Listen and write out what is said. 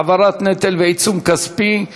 העברת נטל ועיצום כספי),